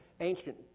ancient